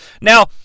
Now